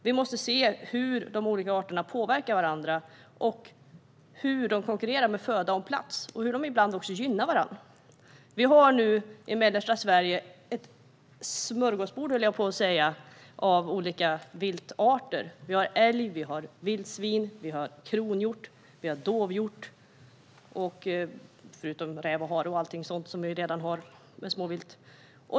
Vi måste se hur de olika arterna påverkar varandra, hur de konkurrerar om föda och plats och hur de ibland också gynnar varandra. Vi har nu i mellersta Sverige ett smörgåsbord av olika viltarter: älg, vildsvin, kronhjort och dovhjort, förutom räv, hare och annat småvilt.